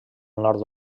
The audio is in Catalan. nord